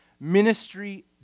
ministry